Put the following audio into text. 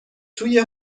توی